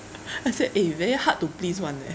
I say eh you very hard to please [one] leh